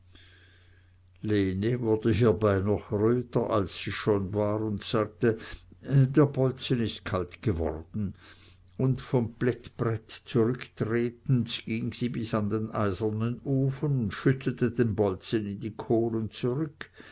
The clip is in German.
hierbei noch röter als sie schon war und sagte der bolzen ist kalt geworden und vom plättbrett zurücktretend ging sie bis an den eisernen ofen und schüttete den bolzen in die kohlen zurück